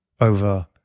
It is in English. over